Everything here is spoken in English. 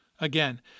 Again